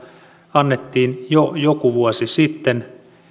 annettiin jo joku vuosi sitten